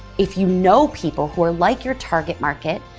if you know people who are like your target market,